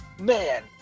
Man